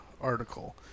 article